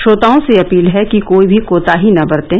श्रोताओं से अपील है कि कोई भी कोताही न बरतें